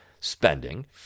spending